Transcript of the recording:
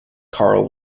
carl